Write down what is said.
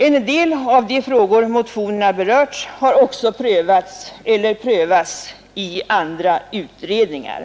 En del av de frågor motionerna berört har också prövats eller prövas i andra utredningar.